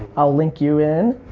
i'll link you in.